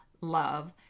love